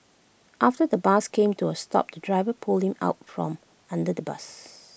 after the bus came to A stop the driver pulled him out from under the bus